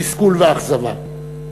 תסכול ואכזבה.